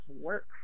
work